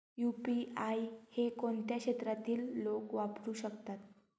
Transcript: UPI हे कोणत्या क्षेत्रातील लोक वापरू शकतात?